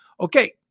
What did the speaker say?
Okay